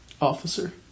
Officer